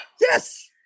Yes